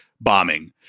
bombing